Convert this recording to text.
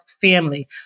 family